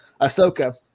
Ahsoka